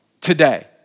today